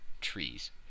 trees